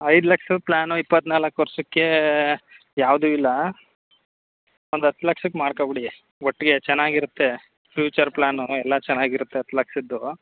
ಐದು ಲಕ್ಷದ ಪ್ಲಾನು ಇಪ್ಪತ್ತ್ನಾಲ್ಕು ವರ್ಷಕ್ಕೆ ಯಾವುದೂ ಇಲ್ಲ ಒಂದು ಹತ್ತು ಲಕ್ಷಕ್ಕೆ ಮಾಡ್ಕೋಬಿಡಿ ಒಟ್ಟಿಗೆ ಚೆನ್ನಾಗಿರತ್ತೆ ಫ್ಯೂಚರ್ ಪ್ಲಾನು ಎಲ್ಲ ಚೆನ್ನಾಗಿರತ್ತೆ ಹತ್ತು ಲಕ್ಷದ್ದು